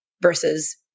versus